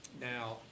Now